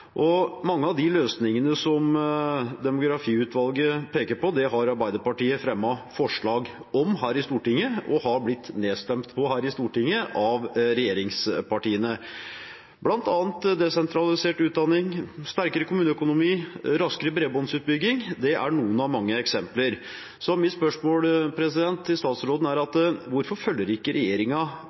Mange av de løsningene som demografiutvalget peker på, har Arbeiderpartiet fremmet forslag om her i Stortinget og har blitt nedstemt på her i Stortinget av regjeringspartiene, bl.a. desentralisert utdanning, sterkere kommuneøkonomi, raskere bredbåndsutbygging – det er noen av mange eksempler. Så mitt spørsmål til statsråden er: Hvorfor følger ikke